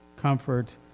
comfort